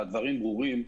והדברים ברורים.